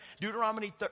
Deuteronomy